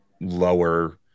lower